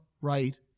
right